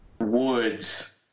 Woods